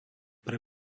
pre